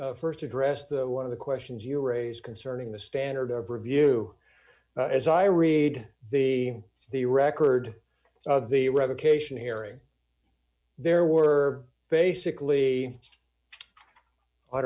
st address the one of the questions you raise concerning the standard of review as i read the the record of the revocation hearing there were basically i